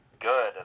good